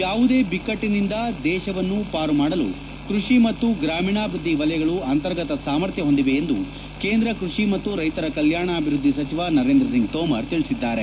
ಯಾವುದೇ ಬಿಕ್ಕಟ್ಟನಿಂದ ದೇಶವನ್ನು ಪಾರು ಮಾಡಲು ಕೃಷಿ ಮತ್ತು ಗ್ರಾಮೀಣಾಭಿವೃದ್ಧಿ ವಲಯಗಳು ಅಂತರ್ಗತ ಸಾಮರ್ಥ್ಯ ಹೊಂದಿವೆ ಎಂದು ಕೇಂದ್ರ ಕೃಷಿ ಮತ್ತು ರೈತರ ಕಲ್ಕಾಣಾಭಿವೃದ್ಧಿ ಸಚಿವ ನರೇಂದ್ರ ಸಿಂಗ್ ತೋಮರ್ ತಿಳಿಸಿದ್ದಾರೆ